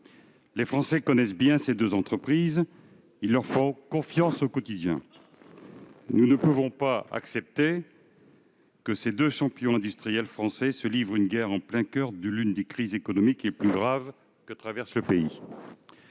Les Français connaissent bien ces deux entreprises et leur font confiance au quotidien. Nous ne pouvons pas accepter que ces deux champions industriels français se livrent une guerre en plein coeur de l'une des crises économiques les plus graves qu'ait traversées le pays.